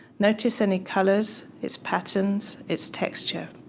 notice any colors, its patterns, its texture.